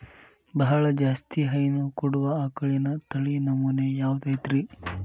ಬಹಳ ಜಾಸ್ತಿ ಹೈನು ಕೊಡುವ ಆಕಳಿನ ತಳಿ ನಮೂನೆ ಯಾವ್ದ ಐತ್ರಿ?